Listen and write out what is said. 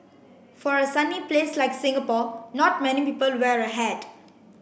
for a sunny place like Singapore not many people wear a hat